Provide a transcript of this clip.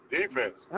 Defense